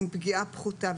עם פגיעה פחותה.